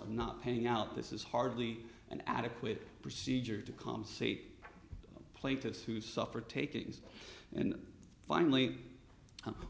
of not paying out this is hardly an adequate procedure to compensate plaintiffs who suffered takings and finally